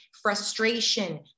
frustration